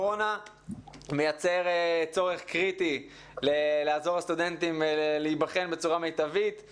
כלומר, בין ור"מ לסטודנטים ובין